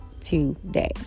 today